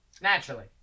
Naturally